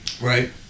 Right